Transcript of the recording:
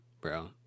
bro